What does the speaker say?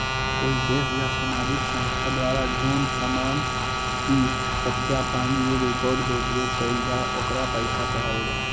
कोई देश या सामाजिक संस्था द्वारा जोन सामान इ सत्यापन योग्य रिकॉर्ड के उपयोग कईल जा ओकरा पईसा कहल जा हई